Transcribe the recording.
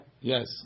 Yes